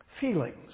Feelings